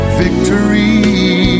victory